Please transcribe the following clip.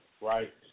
Right